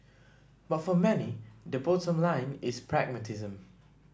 but for many the bottom line is pragmatism